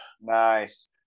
Nice